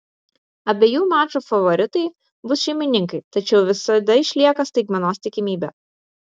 abiejų mačų favoritai bus šeimininkai tačiau visada išlieka staigmenos tikimybė